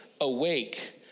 awake